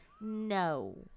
No